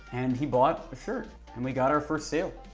and he bought a shirt, and we got our first sale.